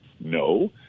No